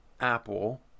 Apple